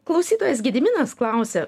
klausytojas gediminas klausia